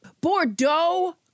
Bordeaux